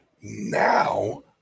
Now